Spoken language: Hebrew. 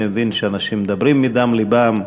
אני מבין שאנשים מדברים מדם לבם,